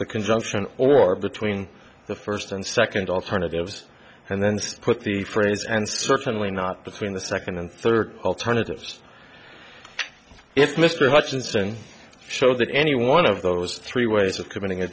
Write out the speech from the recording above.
the convention or between the first and second alternatives and then put the phrase and certainly not between the second and third alternatives if mr hutchinson show that any one of those three ways of committing a